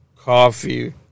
coffee